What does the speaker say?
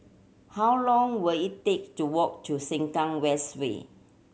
how long will it take to walk to Sengkang West Way